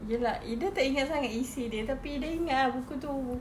ya lah ida tak ingat sangat isi dia tapi ida ingat ah buku itu